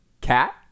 cat